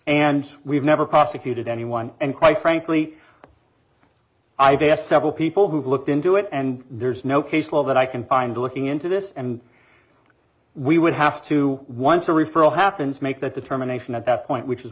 and we've never prosecuted anyone and quite frankly i've asked several people who've looked into it and there's no case law that i can find looking into this and we would have to once a referral happens make that determination at that point which is